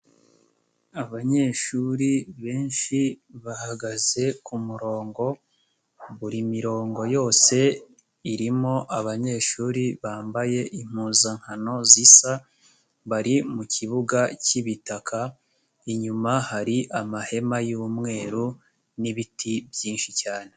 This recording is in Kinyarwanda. Abanyeshuri benshi bahagaze kumurongo, buri mirongo yose irimo abanyeshuri bambaye impuzankano zisa bari mukibuga cy'ibitaka inyuma hari amahema y'umweru nibiti byinshi cyane.